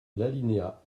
l’alinéa